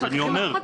אני אומר,